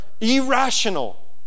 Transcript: irrational